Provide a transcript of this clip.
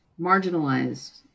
marginalized